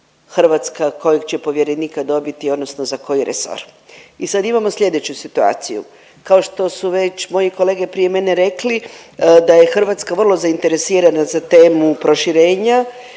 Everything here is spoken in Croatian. Hrvatska kojeg će povjerenika dobiti odnosno za koji resor. I sad imamo sljedeću situaciju. Kao što su već moji kolege prije mene rekli da je Hrvatska vrlo zainteresirana za temu proširenja